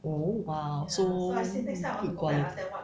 oh !wow! so good quality